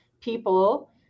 people